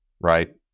right